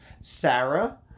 Sarah